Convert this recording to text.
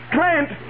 Clint